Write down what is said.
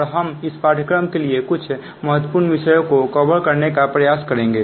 और हम इस पाठ्यक्रम के लिए कुछ महत्वपूर्ण विषयों को पूरा करने का प्रयास करेंगे